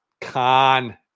Con